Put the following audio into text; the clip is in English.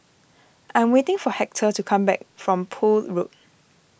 I am waiting for Hector to come back from Poole Road